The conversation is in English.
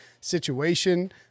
situation